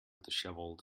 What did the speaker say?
dishevelled